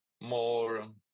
more